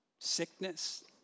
sickness